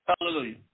Hallelujah